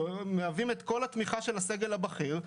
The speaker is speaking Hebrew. שמהווים את כל התמיכה של הסגל הבכיר.